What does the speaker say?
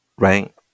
Right